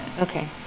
Okay